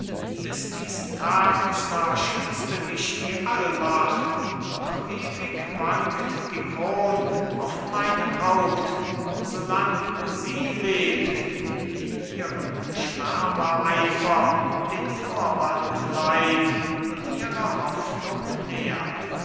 bis diesen tag zwar schützte mich die allmacht doch ewig wankt die kron auf meinem haupt solang sie lebt die ihrem schwärmereifer den vorwand leiht und ihre hoffnung nährt